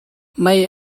mei